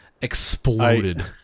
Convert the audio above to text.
exploded